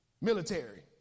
military